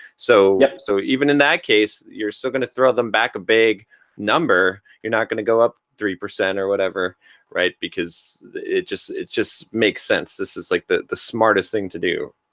so yeah so even in that case you're still gonna throw them back a big number. you're not gonna go up three percent or whatever because it just it just makes sense. this is like the the smartest thing to do.